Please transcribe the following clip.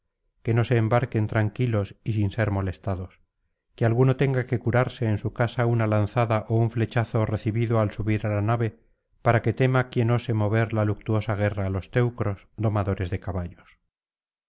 que no se embarquen tranquilos y sin ser molestados que alguno tenga que curarse en su casa una lanzada ó un flechazo recibido al subir á la nave para que tema quien ose mover la luctuosa guerra á los teneros domadores de caballos